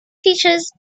features